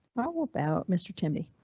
how about mr. temby.